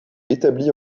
établies